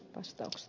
vastausas